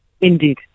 Indeed